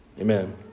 Amen